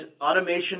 automation